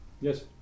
yes